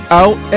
out